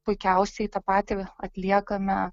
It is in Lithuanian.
puikiausiai tą patį atliekame